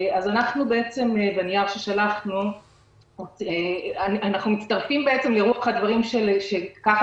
בנייר ששלחנו אנחנו מצטרפים לרוח הדברים ככה